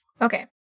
Okay